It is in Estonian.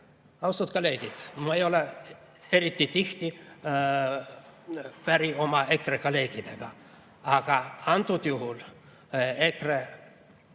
Austatud kolleegid, ma ei ole eriti tihti päri oma EKRE kolleegidega, aga antud juhul EKRE